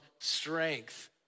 strength